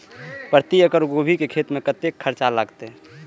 प्रति एकड़ गोभी के खेत में कतेक खर्चा लगते?